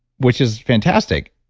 which is fantastic.